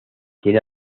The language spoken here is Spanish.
tiene